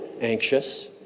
anxious